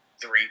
three